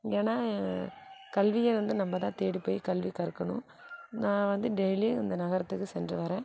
ஏன்னால் கல்வியை வந்து நம்ம தான் தேடி போய் கல்வி கற்கணும் நான் வந்து டெய்லியும் அந்த நகரத்துக்கு சென்று வரேன்